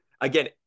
again